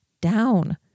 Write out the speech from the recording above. down